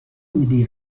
میدی